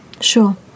Sure